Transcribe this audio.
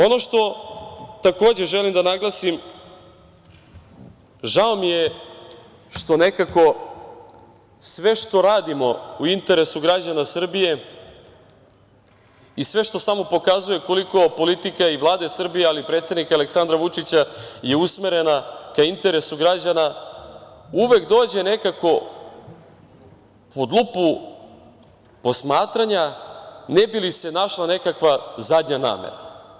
Ono što, takođe, želim da naglasim, žao mi je što nekako sve što radimo u interesu građana Srbije i sve što samo pokazuje koliko je politika i Vlade Srbije, ali i predsednika Aleksandra Vučića usmerena ka interesu građana, uvek dođe nekako pod lupu posmatranja ne bi li se našla nekakva zadnja namera.